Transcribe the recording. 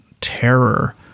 terror